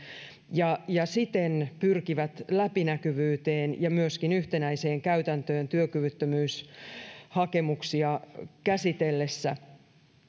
ja ja siten pyrkivät läpinäkyvyyteen ja myöskin yhtenäiseen käytäntöön työkyvyttömyyshakemuksia käsiteltäessä